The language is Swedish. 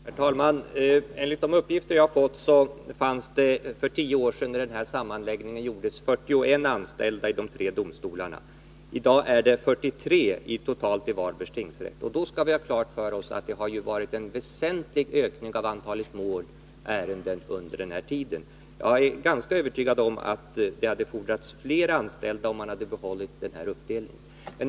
Herr talman! Enligt de uppgifter som jag har fått fanns det för tio år sedan när den här sammanläggningen gjordes 41 anställda i de tre domstolarna. I dag är det totalt 43 anställda i Varbergs tingsrätt. Då skall vi ha klart för oss att det har blivit en väsentlig ökning av antalet ärenden under den här tiden. Jag är ganska övertygad om att det hade fordrats fler anställda, om man hade behållit den här uppdelningen.